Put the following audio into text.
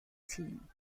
team